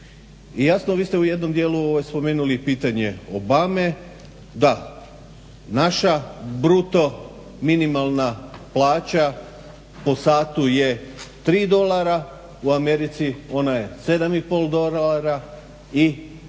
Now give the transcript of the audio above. jasno, vi ste u jednom dijelu spomenuli i pitanje Obame. Da, naša bruto minimalna plaća po satu je 3 dolara, u Americi ona je 7 i pol dolara i